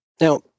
Now